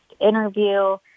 interview